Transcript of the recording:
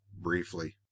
briefly